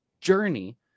journey